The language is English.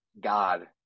God